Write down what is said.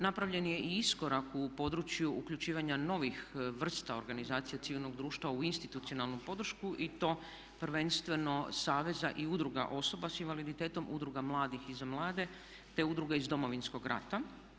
Napravljen je i iskorak u području uključivanja novih vrsta organizacija civilnog društva u institucionalnom području i to prvenstveno saveza i udruga osoba sa invaliditetom, udruga mladih i za mlade te udruge iz Domovinskog rata.